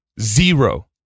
Zero